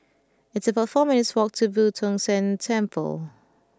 it's about four minutes' walk to Boo Tong San Temple